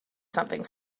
something